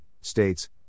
states